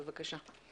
בבקשה.